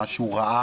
למה שהוא רע,